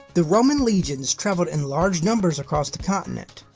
the roman legions traveled in large numbers across the continent.